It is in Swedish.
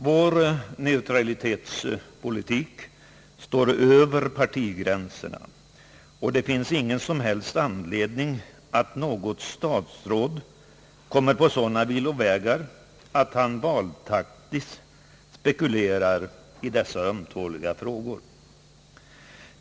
Vår neutralitetspolitik står över partigränserna, och det finns ingen som helst anledning att något statsråd kommer på sådana villovägar att han valtaktiskt spekulerar i dessa ömtåliga frågor.